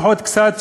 לפחות קצת,